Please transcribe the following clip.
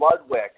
Ludwig